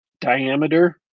diameter